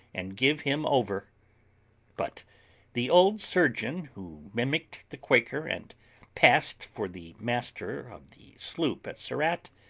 and give him over but the old surgeon, who mimicked the quaker and passed for the master of the sloop at surat,